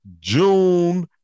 June